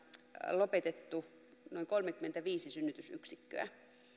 lopetettu noin kolmekymmentäviisi synnytysyksikköä